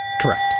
Correct